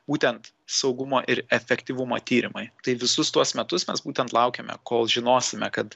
būtent saugumo ir efektyvumo tyrimai tai visus tuos metus mes būtent laukėme kol žinosime kad